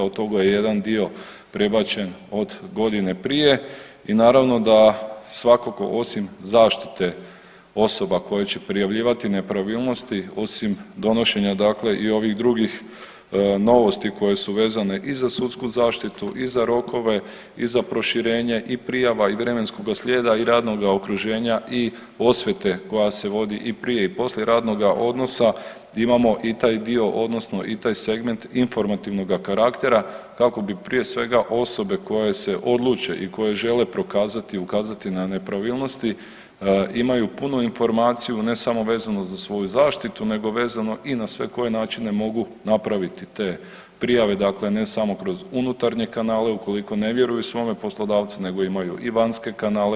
Od toga je jedan dio prebačen od godine prije i naravno da svatko osim zaštite osoba koje će prijavljivati nepravilnosti osim donošenja, dakle i ovih drugih novosti koje su vezane i za sudsku zaštitu i za rokove i za proširenje i prijava i vremenskoga slijeda i radnoga okruženja i osvete koja se vodi i prije i poslije radnoga odnosa imamo i taj dio, odnosno i taj segment informativnoga karaktera kako bi prije svega osobe koje se odluče i koje žele prokazati, ukazati na nepravilnosti imaju punu informaciju ne samo vezanu za svoju zaštitu, nego vezano i sve na koje načine mogu napraviti te prijave, dakle ne samo kroz unutarnje kanale ukoliko ne vjeruju svome poslodavcu nego imaju i vanjske kanale.